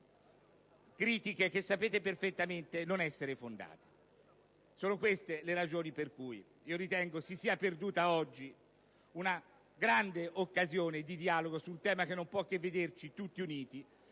critiche che sapete perfettamente non essere fondate. Sono queste le ragioni per cui ritengo si sia perduta oggi una grande occasione di dialogo su un tema che non può che vederci tutti uniti,